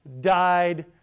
died